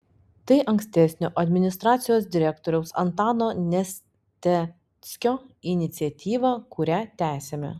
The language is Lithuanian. tai ankstesnio administracijos direktoriaus antano nesteckio iniciatyva kurią tęsiame